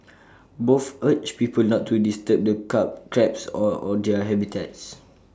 both urged people not to disturb the crabs or their habitats